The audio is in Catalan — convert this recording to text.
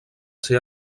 ser